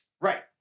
Right